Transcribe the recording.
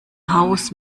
haus